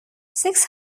six